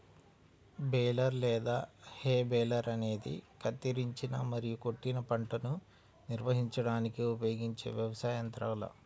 baler లేదా hay baler అనేది కత్తిరించిన మరియు కొట్టిన పంటను నిర్వహించడానికి ఉపయోగించే వ్యవసాయ యంత్రాల